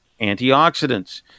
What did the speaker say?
antioxidants